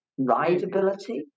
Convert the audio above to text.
rideability